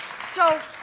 so